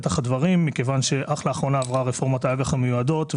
מכיוון שאך לאחרונה עברה רפורמת האג"ח המיודעות,